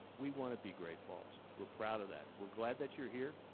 we wanna be great falls. we're proud of that. we're glad that you're here.